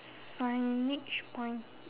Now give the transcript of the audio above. signage point